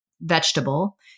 vegetable